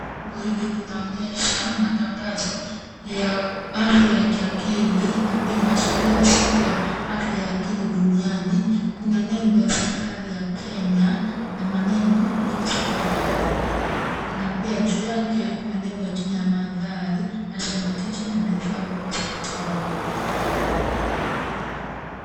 Bango hili linaonyesha matangazo ya afya ya kiakili na pia inaashiria siku ya afya ya akili duniani. Kuna nembo ya serikali ya Kenya na maneno Ministry of Health na pia juu yake kuna nembo ya jina ya Mathari National Teaching and Referral Hospital.